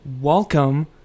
welcome